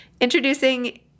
introducing